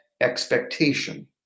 expectation